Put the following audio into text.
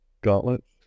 Gauntlets